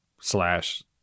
slash